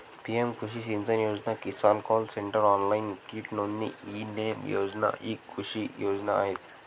PM कृषी सिंचन योजना, किसान कॉल सेंटर, ऑनलाइन कीट नोंदणी, ई नेम योजना इ कृषी योजना आहेत